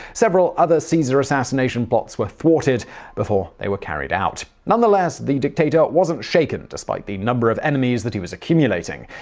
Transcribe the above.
several other caesar assassination plots were thwarted before they were carried out. nonetheless, the dictator wasn't shaken despite the number of enemies he was accumulating.